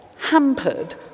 hampered